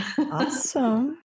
Awesome